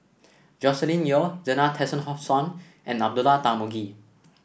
Joscelin Yeo Zena Tessensohn and Abdullah Tarmugi